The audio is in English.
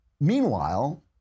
Meanwhile